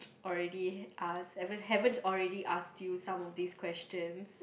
already ask have haven't already ask you some of this questions